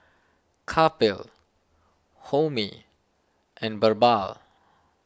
Kapil Homi and Birbal